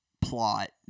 plot